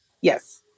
Yes